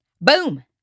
Boom